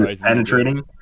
Penetrating